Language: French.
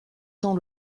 tant